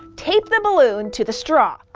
tape the balloon to the straw,